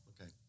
Okay